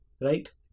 right